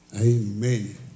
Amen